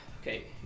Okay